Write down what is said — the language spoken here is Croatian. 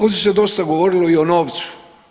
Ovdje se dosta govorilo i o novcu.